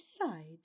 side